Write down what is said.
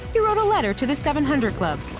he wrote a letter to the seven hundred club.